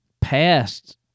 passed